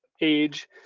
age